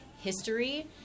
history